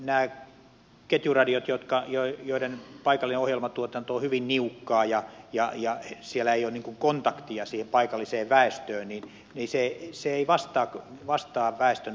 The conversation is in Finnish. nämä ketjuradiot joiden paikallinen ohjelmatuotanto on hyvin niukkaa ja joilla ei ole kontaktia siihen paikalliseen väestöön eivät vastaa väestön odotuksiin